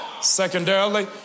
Secondarily